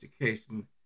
education